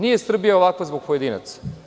Nije Srbija ovakva zbog pojedinaca.